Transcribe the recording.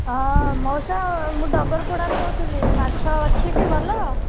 ହଁ ମଉସା ମୁଁ ଡଗରପଡ଼ାରୁ କହୁଥିଲି ମାଛ ଅଛି କି ଭଲ